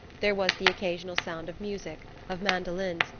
there was the occasional sound of music, of mandolins,